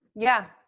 yeah.